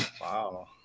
Wow